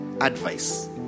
advice